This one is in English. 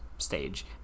stage